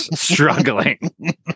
struggling